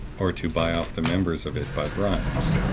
or to buy off the members of it by bribes.